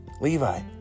Levi